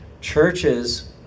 Churches